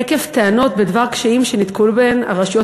עקב טענות בדבר קשיים שנתקלו בהם הרשויות